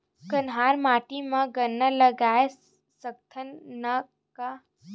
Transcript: कन्हार माटी म गन्ना लगय सकथ न का?